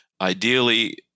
ideally